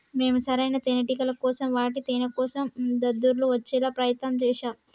మేము సరైన తేనేటిగల కోసం వాటి తేనేకోసం దద్దుర్లు వచ్చేలా ప్రయత్నం చేశాం